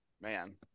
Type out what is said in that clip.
Man